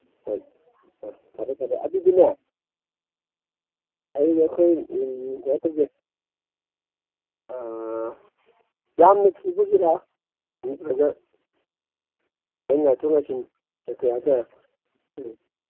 ꯍꯣꯏ ꯍꯣꯏ ꯐꯔꯦ ꯐꯔꯦ ꯑꯗꯨꯗꯤꯅꯦ ꯑꯩ ꯑꯩꯈꯣꯏ ꯀꯩꯅꯣ ꯇꯧꯒꯦ ꯌꯥꯝꯅ ꯊꯨꯕꯒꯤꯔꯥ ꯈꯤꯇꯪ ꯉꯥꯏꯊꯣꯛ ꯉꯥꯏꯁꯤꯟ